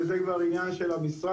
וזה כבר עניין של המשרד,